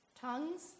Tongues